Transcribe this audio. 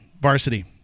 Varsity